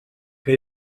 que